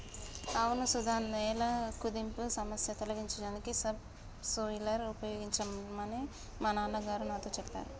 అవును సుధ నేల కుదింపు సమస్య తొలగించడానికి సబ్ సోయిలర్ ఉపయోగించమని మా నాన్న గారు నాతో సెప్పారు